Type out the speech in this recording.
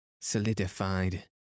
solidified